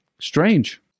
strange